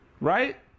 Right